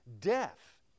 Death